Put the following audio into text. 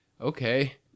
Okay